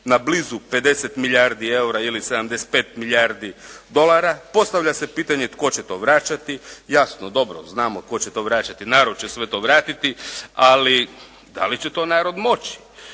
na blizu 50 milijardi eura ili 75 milijardi dolara. Postavlja se pitanje tko će to vraćati, jasno dobro znamo tko će to vraćati. Narod će sve to vratiti ali da li će to narod moći.